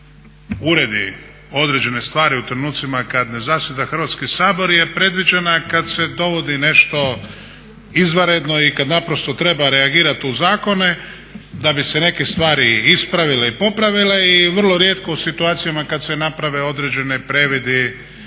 uredi određene stvari u trenucima kad ne zasjeda Hrvatski sabor je predviđena kad se dogodi nešto izvanredno i kad naprosto treba reagirati u zakone da bi se neke stvari ispravile i popravile i vrlo rijetko u situacijama kad se naprave određeni previdi